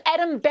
Adam